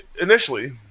Initially